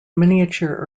miniature